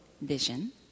Vision